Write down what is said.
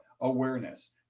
awareness